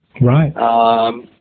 Right